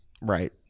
Right